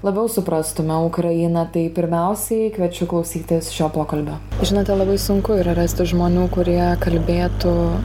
labiau suprastume ukrainą tai pirmiausiai kviečiu klausytis šio pokalbio žinote labai sunku yra rasti žmonių kurie kalbėtų